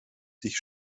sich